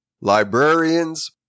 librarians